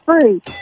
free